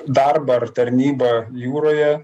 darbą ar tarnybą jūroje